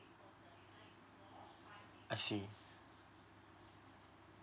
I see